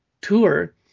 tour